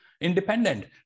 independent